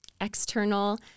external